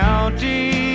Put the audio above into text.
County